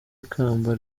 ikamba